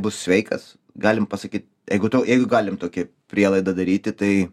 bus sveikas galim pasakyt jeigu tu jeigu galim tokį prielaidą daryti tai